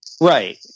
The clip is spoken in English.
Right